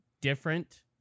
different